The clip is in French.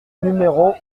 numéro